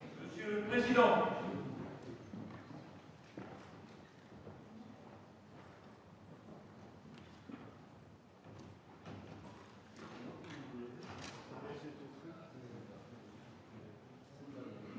monsieur le président,